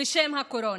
בשם הקורונה.